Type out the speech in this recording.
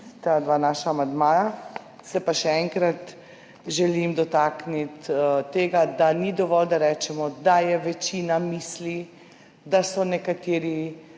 ta dva naša amandmaja. Se pa še enkrat želim dotakniti tega, da ni dovolj, da rečemo, da večina misli, da nekateri